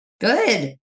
Good